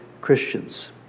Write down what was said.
Christians